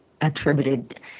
attributed